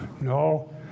No